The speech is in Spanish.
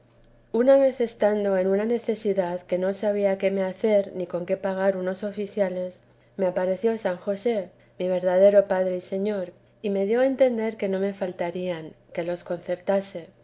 una vez estando en una necesidad que no sabía qué me hacer ni con qué pagar unos oficiales me apareció san josé mi verdadero padre y señor y me dio a entender que no me faltarían que los concertase